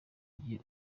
gihe